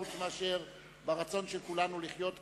חוץ מאשר ברצון של כולנו לחיות כאן,